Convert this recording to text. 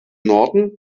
norden